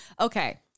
Okay